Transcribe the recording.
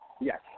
Yes